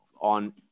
on